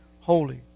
holy